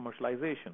commercialization